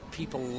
people